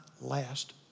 last